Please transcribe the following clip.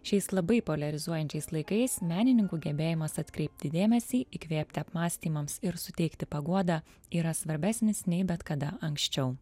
šiais labai poliarizuojančiais laikais menininkų gebėjimas atkreipti dėmesį įkvėpti apmąstymams ir suteikti paguodą yra svarbesnis nei bet kada anksčiau